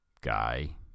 guy